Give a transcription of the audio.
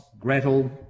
Gretel